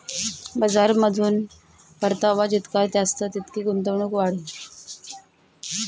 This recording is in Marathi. बजारमाथून परतावा जितला जास्त तितली गुंतवणूक वाढी